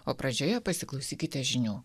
o pradžioje pasiklausykite žinių